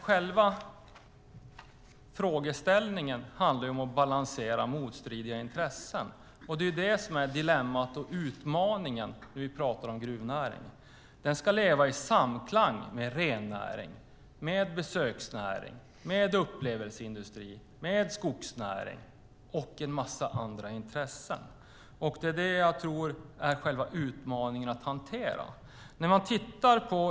Själva frågeställningen handlar dock om att balansera motstridiga intressen, och det är det som är dilemmat och utmaningen när vi talar om gruvnäringen. Den ska leva i samklang med rennäring, besöksnäring, upplevelseindustri, skogsnäring och en massa andra intressen. Att hantera detta är själva utmaningen.